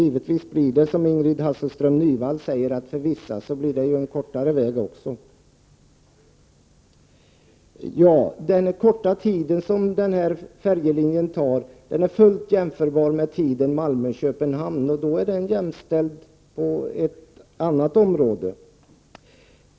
Givetvis blir resvägen, som Ingrid Hasselström Nyvall sade, kortare för vissa. Den korta restiden på linjen Simrishamn — Allinge är fullt jämförbar med restiden på linjen Malmö— Köpenhamn.